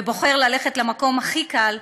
ובוחר ללכת למקום הכי קל,